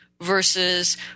Versus